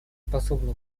способны